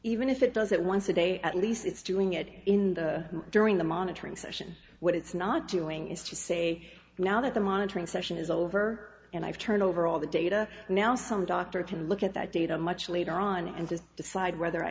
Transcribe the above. even if it does it once a day at least it's doing it in the during the monitoring session what it's not doing is to say now that the monitoring session is over and i've turned over all the data now some doctors can look at that data much later on and to decide whether i